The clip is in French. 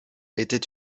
était